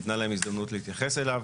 ניתנה להם הזדמנות להתייחס אליו.